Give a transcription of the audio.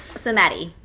so maddie,